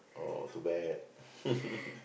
oh too bad